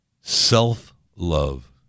self-love